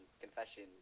confession